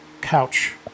couch